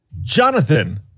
jonathan